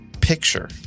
picture